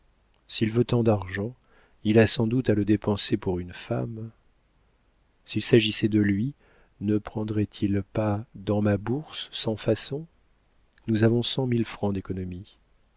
s'il veut tant d'argent il a sans doute à le dépenser pour une femme s'il s'agissait de lui ne prendrait-il pas dans ma bourse sans façon nous avons cent mille francs d'économies